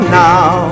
now